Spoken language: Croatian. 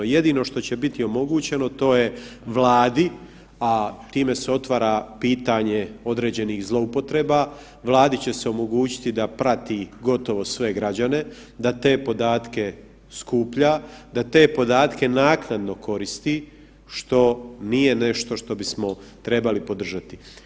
Jedino što će biti omogućeno to je Vladi, a time se otvara pitanje određenih zloupotreba, Vladi će se omogućiti da prati gotovo sve građane, da te podatke skuplja, da te podatke naknadno koristi, što nije nešto što bismo trebali podržati.